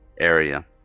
area